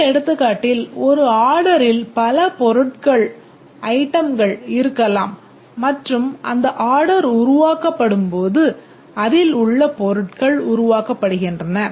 இந்த எடுத்துக்காட்டில் ஒரு ஆர்டரில் பல பொருட்கள் இருக்கலாம் மற்றும் அந்த ஆர்டர் உருவாக்கப்படும் போது அதில் உள்ள பொருட்கள் உருவாக்கப்படுகின்றன